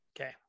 okay